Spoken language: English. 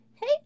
Hey